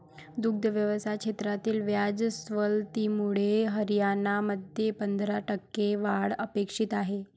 दुग्ध व्यवसाय क्षेत्रातील व्याज सवलतीमुळे हरियाणामध्ये पंधरा टक्के वाढ अपेक्षित आहे